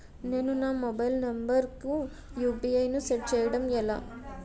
నేను నా mobile number కుయు.పి.ఐ ను సెట్ చేయడం ఎలా?